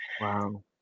Wow